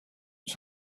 his